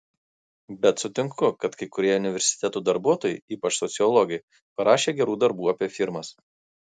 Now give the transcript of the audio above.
bet sutinku kad kai kurie universitetų darbuotojai ypač sociologai parašė gerų darbų apie firmas